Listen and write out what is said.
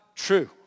true